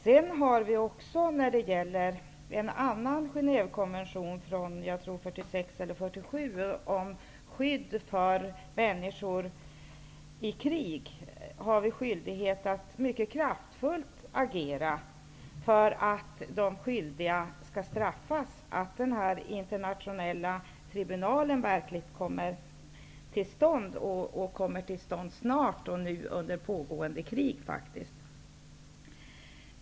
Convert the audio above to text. Det finns en annan Genèvekonvention -- jag tror att den är från 1946 eller 1947 -- om skydd för människor i krig. Enligt den har vi skyldighet att agera mycket kraftfullt för att de som gjort sig skyldiga till krigsförbrytelser skall straffas, att den internationella tribunalen verkligen kommer till stånd och kommer till stånd snart, under på gående krig faktiskt.